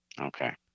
okay